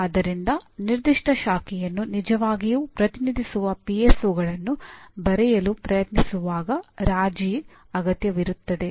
ಆದ್ದರಿಂದ ನಿರ್ದಿಷ್ಟ ಶಾಖೆಯನ್ನು ನಿಜವಾಗಿಯೂ ಪ್ರತಿನಿಧಿಸುವ ಪಿಎಸ್ಒಗಳನ್ನು ಬರೆಯಲು ಪ್ರಯತ್ನಿಸುವಾಗ ರಾಜಿ ಅಗತ್ಯವಿರುತ್ತದೆ